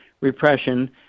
repression